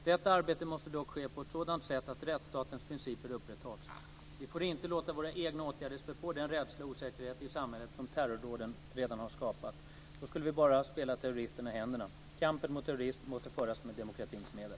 Detta arbete måste dock ske på ett sådant sätt att rättstatens principer upprätthålls. Vi får inte låta våra egna åtgärder spä på den rädsla och osäkerhet i samhället som terrordåden redan har skapat. Då skulle vi bara spela terroristerna i händerna. Kampen mot terrorism måste föras med demokratins medel.